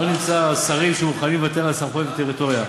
לא נמצאים השרים שמוכנים לוותר על סמכויות וטריטוריה.